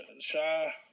shy